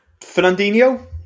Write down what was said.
Fernandinho